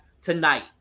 tonight